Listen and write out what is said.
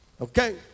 Okay